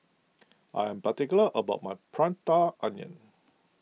I am particular about my Prata Onion